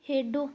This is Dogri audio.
खेढो